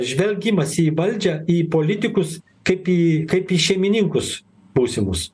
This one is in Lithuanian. žvelgimas į valdžią į politikus kaip jį kaip į šeimininkus būsimus